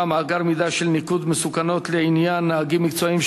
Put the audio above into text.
(מאגר מידע של ניקוד מסוכנות לעניין נהגים מקצועיים),